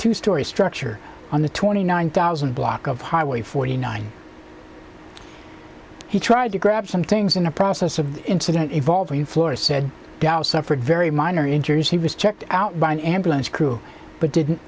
two storey structure on the twenty nine thousand block of highway forty nine he tried to grab some things in the process of incident involving floor said dallas suffered very minor injuries he was checked out by an ambulance crew but didn't